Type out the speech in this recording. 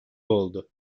oldu